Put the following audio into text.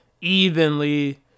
evenly